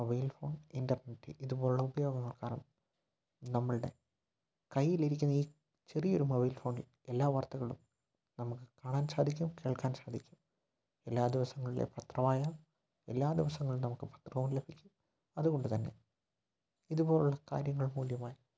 mobile phone internet ഇതുപോലെയുള്ള ഉപയോഗങ്ങൾ കാരണം നമ്മളുടെ കയ്യിലിരിക്കുന്ന ഈ ചെറിയൊരു മൊബൈൽ ഫോണിൽ എല്ലാ വാർത്തകളും നമുക്ക് കാണാൻ സാധിക്കും കേൾക്കാൻ സാധിക്കും എല്ലാ ദിവസങ്ങളിലെ പത്ര വായന എല്ലാ ദിവസങ്ങളിലും നമുക്ക് പത്രവും ലഭിക്കും അതുകൊണ്ടുതന്നെ ഇതുപോലുള്ള കാര്യങ്ങൾ